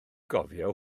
gofio